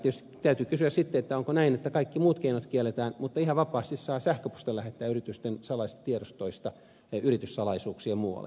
tietysti täytyy kysyä sitten onko näin että kaikki muut keinot kielletään mutta ihan vapaasti saa sähköpostilla lähettää yritysten salaisista tiedostoista yrityssalaisuuksia muualle